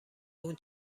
اون